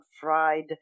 fried